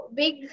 big